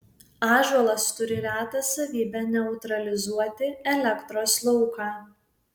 ąžuolas turi retą savybę neutralizuoti elektros lauką